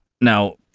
Now